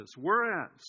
Whereas